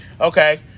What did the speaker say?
Okay